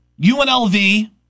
UNLV